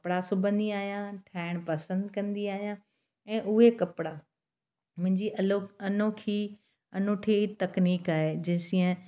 कपिड़ा सुबंदी आहियां ठाहिणु पसंदि कंदी आहियां ऐं उहे कपिड़ा मुंहिंजी अलो अनोखी अनूठी तकनीक आहे जैसीअ